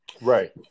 right